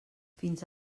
fins